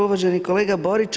Uvaženi kolega Borić.